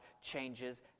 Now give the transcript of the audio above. changes